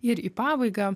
ir į pabaigą